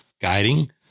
guiding